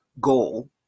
goal